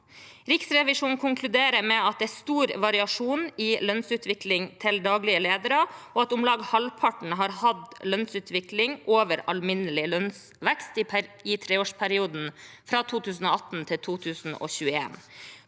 Riksrevisjonen konkluderer med at det er stor variasjon i lønnsutviklingen til daglige ledere, og at om lag halvparten har hatt lønnsutvikling over alminnelig lønnsvekst i treårsperioden 2018–2021.